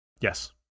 Yes